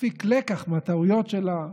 להפיק לקח מהטעויות שלה,